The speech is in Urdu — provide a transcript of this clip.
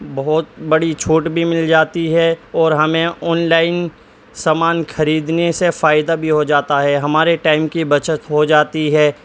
بہت بڑی چھوٹ بھی مل جاتی ہے اور ہمیں آنلائن سامان خریدنے سے فائدہ بھی ہو جاتا ہے ہمارے ٹائم کی بچت ہو جاتی ہے